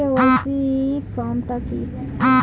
KYC form টা কি?